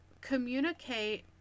communicate